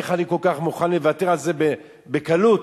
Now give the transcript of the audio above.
איך אני מוכן לוותר על זה כל כך בקלות.